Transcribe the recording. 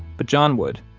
but john would,